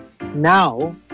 Now